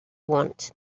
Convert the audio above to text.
want